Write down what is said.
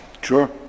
Sure